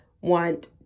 want